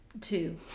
two